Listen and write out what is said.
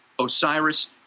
Osiris